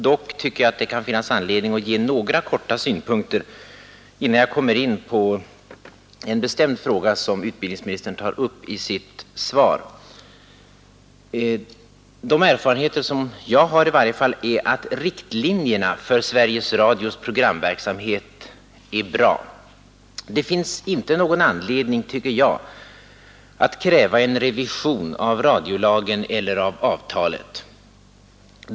Dock tycker jag att det kan finnas anledning att ge några korta synpunkter innan jag kommer in på en bestämd fråga som utbildningsministern tar upp i sitt svar. De erfarenheter som i varje fall jag har är att riktlinjerna för Sveriges Radios programverksamhet är bra. Det finns inte någon anledning, tycker jag, att kräva en revision av radiolagen eller av avtalet.